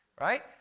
right